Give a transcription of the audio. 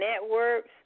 networks